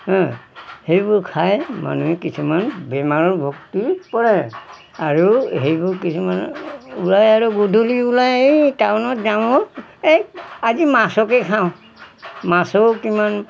সেইবোৰ খাই মানুহে কিছুমান বেমাৰৰ ভক্তি পৰে আৰু সেইবোৰ কিছুমান ওলাই আৰু গধূলি ওলাই টাউনত যাওঁ এই আজি মাছকে খাওঁ মাছো কিমান